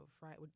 right